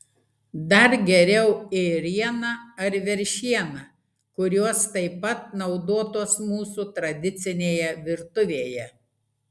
dar geriau ėriena ar veršiena kurios taip pat naudotos mūsų tradicinėje virtuvėje